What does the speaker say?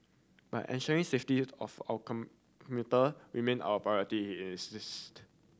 but ensuring safety of our come commuter remain our priority he insisted